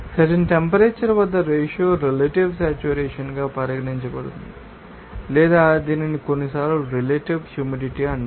certain temperature వద్ద ratio relative సేట్యురేషన్గా పరిగణించబడుతుంది లేదా దీనిని కొన్నిసార్లు రెలెటివ్ హ్యూమిడిటీ అంటారు